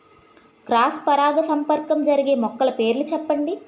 Cross పరాగసంపర్కం జరిగే మొక్కల పేర్లు చెప్పండి?